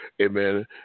Amen